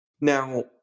Now